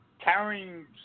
carrying